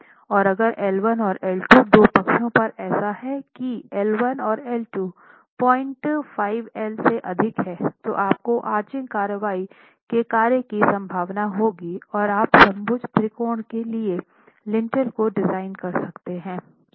और अगर L 1 और L 2 दो पक्षों पर ऐसा है कि L 1 और L 2 05 L से अधिक है तो आपको आर्चिंग कार्रवाई के कार्य की संभावना होगी और आप समभुज त्रिकोण के लिए लिंटेल को डिज़ाइन कर सकते हैं